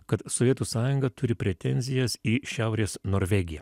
kad sovietų sąjunga turi pretenzijas į šiaurės norvegiją